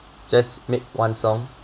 just make one song